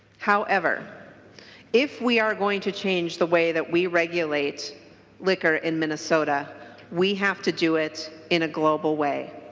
however if we are going to change the way that we regulate liquor in minnesota we have to do it in a global way.